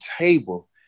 table